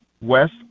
West